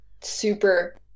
super